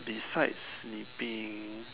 besides sleeping